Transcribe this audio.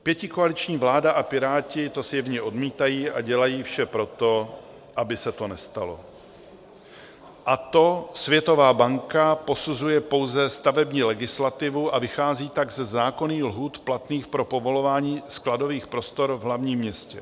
Pětikoaliční vláda a Piráti to zjevně odmítají a dělají vše pro to, aby se to nestalo, a to Světová banka posuzuje pouze stavební legislativu a vychází tak ze zákonných lhůt platných pro povolování skladových prostor v hlavním městě.